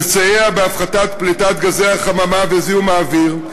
לסייע בהפחתת פליטת גזי החממה וזיהום האוויר,